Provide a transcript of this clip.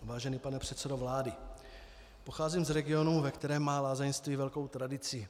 Vážený pane předsedo vlády, pocházím z regionu, ve kterém má lázeňství velkou tradici.